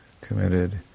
committed